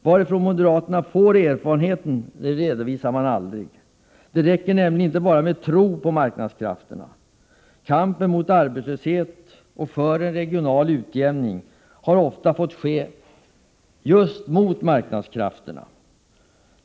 Varifrån moderaterna får dessa erfarenheter redovisar man aldrig. Det räcker nämligen inte bara att tro på marknadskrafterna. Kampen mot arbetslöshet och för en regional utjämning har ofta fått ske mot just marknadskrafterna.